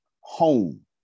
home